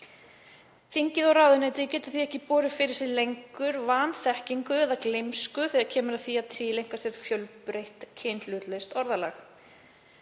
Þingið og ráðuneytið getur því ekki borið fyrir sig lengur vanþekkingu eða gleymsku þegar kemur að því að tileinka sér fjölbreytt kynhlutlaust orðalag.